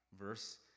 verse